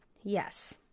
Yes